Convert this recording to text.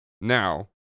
Now